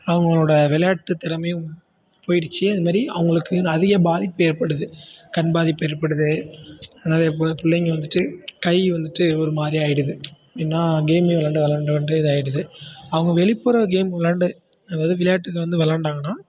அவங்களோட விளையாட்டு திறமையும் போயிடுச்சு அது மாதிரி அவங்களுக்கு அதிக பாதிப்பு ஏற்படுது கண் பாதிப்பு ஏற்படுது அதே போல் பிள்ளைங்க வந்துட்டு கை வந்துட்டு ஒரு மாதிரி ஆயிடுது ஏன்னா கேமே விளாண்டு விளாண்டு விளாண்டு இதாயிடுது அவங்க வெளிப்புற கேம் விளாண்டு அதாவது விளையாட்டுகள் வந்து விளாண்டாங்கனா